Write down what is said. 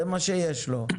זה מה שיש לו.